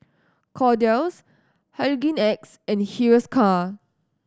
Kordel's Hygin X and Hiruscar